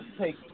take